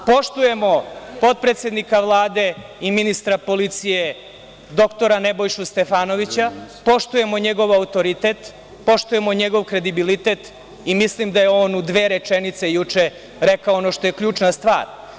Poštujemo potpredsednika Vlade i ministra policije, dr Nebojšu Stefanovića, poštujemo njegov autoritet, poštujemo njegov kredibilitet i mislim da je on u dve rečenice juče rekao ono što je ključna stvar.